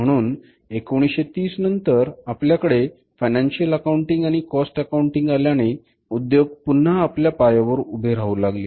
म्हणून 1930 नंतर आपल्याकडे फायनान्शिअल अकाउंटिंग आणि कॉस्ट अकाउंटिंग आल्याने उद्योग पुन्हा आपल्या पायावर उभे राहू लागले